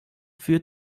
für